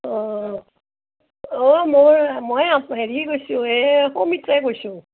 অ' অ' মই মই হেৰি কৈছোঁ এই কৈছোঁ